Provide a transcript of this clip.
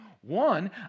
One